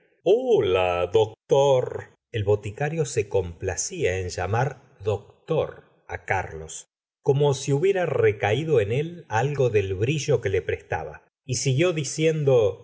hola doctor el boticario se complacía en llamar doctor carlos como si hubiera recaído en algo del brillo que le prestaba y siguió diciendo